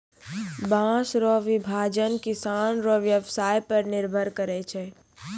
बाँस रो विभाजन किसान रो व्यवसाय पर निर्भर करै छै